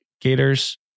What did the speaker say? gators